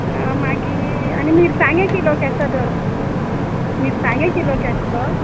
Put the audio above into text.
आं मागीर आनी मिरसांगे किलो केसो धर मिरसांगे किलो केस गो